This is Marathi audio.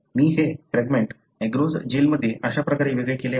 मी हे फ्रॅगमेंट ऍग्रोज जेलमध्ये अशा प्रकारे वेगळे केले आहेत